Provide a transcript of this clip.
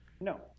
No